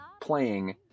playing